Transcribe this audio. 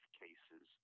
cases